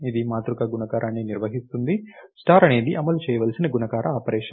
ఇది మాతృక గుణకారాన్ని నిర్వహిస్తుంది స్టార్ అనేది అమలు చేయవలసిన గుణకార ఆపరేషన్